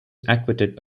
acquitted